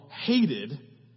hated